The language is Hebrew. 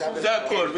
זה הכול.